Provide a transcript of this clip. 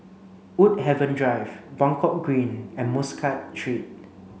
Woodhaven Drive Buangkok Green and Muscat Street